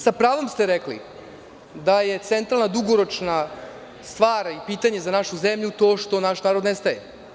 Sa pravom ste rekli da je centralna dugoročna stvar i pitanje za našu zemlju to što naš narod nestaje.